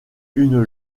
une